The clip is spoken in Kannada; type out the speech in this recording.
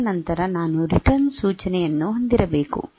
ಅದರ ನಂತರ ನಾನು ರಿಟರ್ನ್ ಸೂಚನೆಯನ್ನು ಹೊಂದಿರಬೇಕು